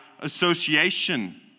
association